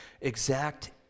exact